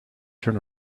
turn